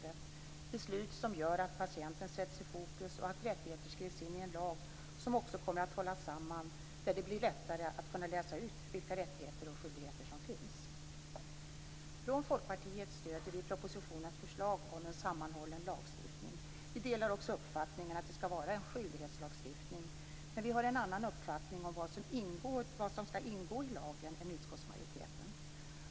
Det här är beslut som gör att patienten sätts i fokus samt att rättigheterna skrivs in i en lag som också kommer att hållas samman och där det blir lättare att läsa ut vilka rättigheter och skyldigheter som finns. Från Folkpartiet stöder vi propositionens förslag om en sammanhållen lagstiftning. Vi delar också uppfattningen att det skall vara en skyldighetslagstiftning, men vi har en annan uppfattning om vad som skall ingå i lagen än utskottsmajoriteten.